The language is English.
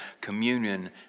communion